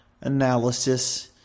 analysis